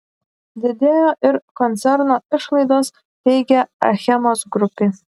didėjo ir koncerno išlaidos teigia achemos grupė